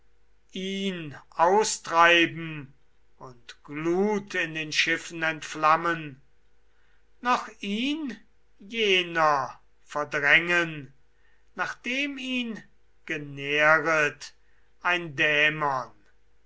ihn austreiben und glut in den schiffen entflammen noch ihn jener verdrängen nachdem ihn genähert ein dämon